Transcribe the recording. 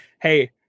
hey